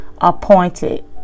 appointed